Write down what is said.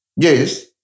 Yes